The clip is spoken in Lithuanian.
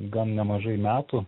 gan nemažai metų